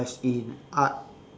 as in art